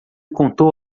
contou